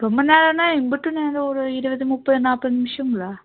ரொம்ப நேரம்னா எம்பிட்டு நேரம் ஒரு இருபது முப்பது நாற்பது நிமிஷம்ங்களா